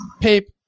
Pape